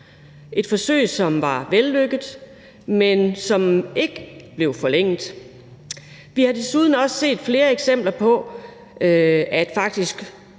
et forsøg, som var vellykket, men som ikke blev forlænget. Vi har desuden set flere eksempler på, at